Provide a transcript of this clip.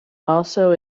also